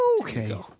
Okay